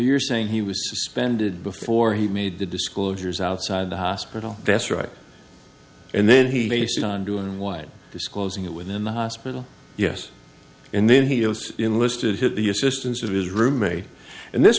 you're saying he was suspended before he made the disclosures outside the hospital that's right and then he said on doing one disclosing it within the hospital yes and then he enlisted hit the assistance of his roommate and this